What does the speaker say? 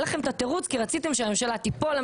היה לכם את התירוץ כי רציתם שהממשלה תיפול,